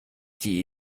die